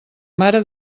mare